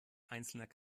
einzelner